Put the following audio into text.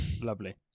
Lovely